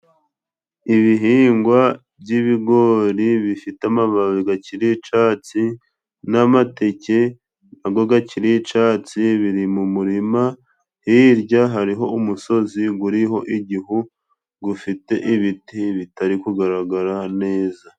Ibihingwa by'ibigori bifite amababi gakiri icatsi n'amateke na go gakiri icatsi, biri mu murima, hirya hariho umusozi guriho ibihu, gufite ibiti bitari kugaragara neza.